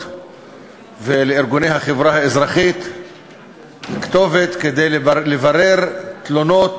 ולארגוני החברה האזרחית כתובת לברר תלונות